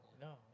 no